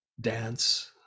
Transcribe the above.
dance